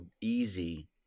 easy